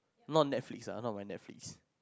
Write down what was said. not Netflix lah not went Netflix